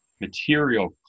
material